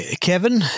Kevin